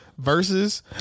versus